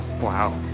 Wow